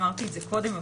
אמרתי את זה קודם,